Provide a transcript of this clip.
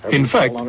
in fact,